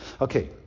Okay